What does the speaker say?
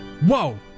Whoa